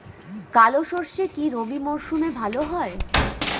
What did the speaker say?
কালো সরষে কি রবি মরশুমে ভালো হয়?